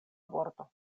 vorto